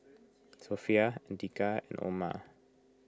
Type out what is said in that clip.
Sofea andika and Omar